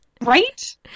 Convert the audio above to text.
Right